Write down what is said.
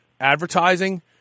advertising